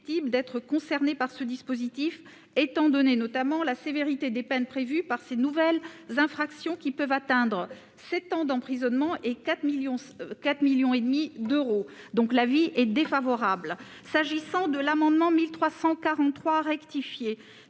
d'être concernées par ce dispositif, étant donné notamment la sévérité des peines prévues par ces nouvelles infractions, qui peuvent atteindre sept ans d'emprisonnement et 4,5 millions d'euros d'amende. L'avis est donc défavorable. L'amendement n° 1343 rectifié